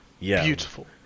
beautiful